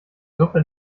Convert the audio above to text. suppe